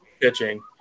pitching